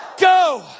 Go